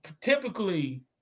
typically